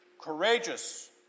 courageous